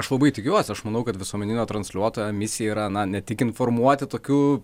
aš labai tikiuos aš manau kad visuomeninio transliuotojo misija yra na ne tik informuoti tokių